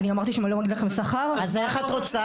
אני אמרתי שלא מגיע לכם שכר?! אז איך את רוצה?